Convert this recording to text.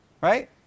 Right